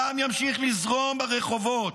הדם ימשיך לזרום ברחובות,